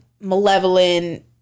malevolent